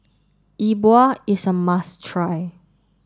Yi Bua is a must try